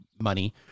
money